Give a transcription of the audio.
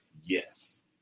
Yes